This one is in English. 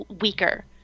weaker